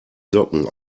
socken